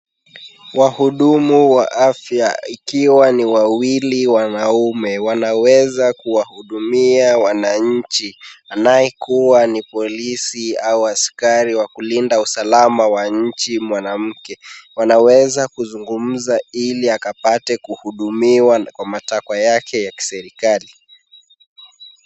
Wahudumu wa afya ikiwa ni wawili wanaume wanaweza kuwahudumia wananchi anayekuwa ni polisi au askari wa kulinda usalama wa nchi mwanamke. Wanaweza kuzungumza ili akapate kuhudumiwa kwa matakwa yake ya kiserikali.